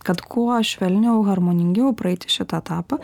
kad kuo švelniau harmoningiau praeiti šitą etapą